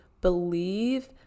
believe